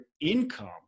income